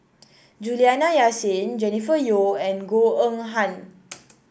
Juliana Yasin Jennifer Yeo and Goh Eng Han